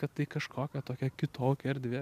kad tai kažkokia tokia kitokia erdvė